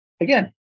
again